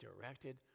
directed